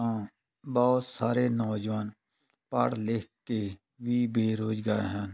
ਤਾਂ ਬਹੁਤ ਸਾਰੇ ਨੌਜਵਾਨ ਪੜ੍ਹ ਲਿਖ ਕੇ ਵੀ ਬੇਰੁਜ਼ਗਾਰ ਹਨ